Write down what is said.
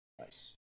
Nice